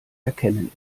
erkennen